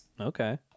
okay